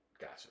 Gotcha